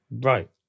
Right